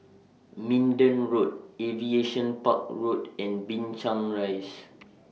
Minden Road Aviation Park Road and Binchang Rise